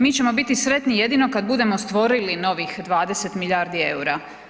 Mi ćemo biti sretni jedino kada budemo stvorili novih 20 milijardi eura.